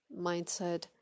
mindset